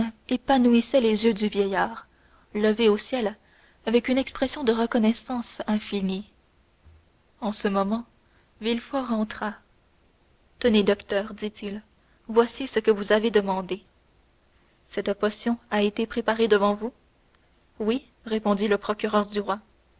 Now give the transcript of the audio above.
épanouissait les yeux du vieillard levés au ciel avec une expression de reconnaissance infinie en ce moment villefort rentra tenez docteur dit-il voici ce que vous avez demandé cette potion a été préparée devant vous oui répondit le procureur du roi